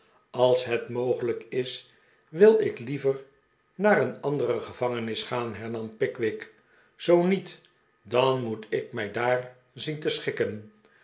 als het mogelijk is wil ik liever naar een andere gevangenis gaan hernam pickwick zoo niet dan moet ik mij daar zien te schikken